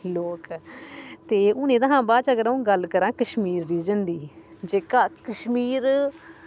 लोक न ते हून एह्दा हा बाद जेकर आ'ऊं गल्ल करां कश्मीर डवीजन दी जेह्का कश्मीर